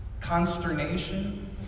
Consternation